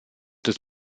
des